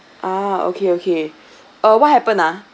uh okay okay uh what happened ah